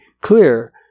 clear